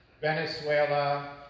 Venezuela